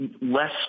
less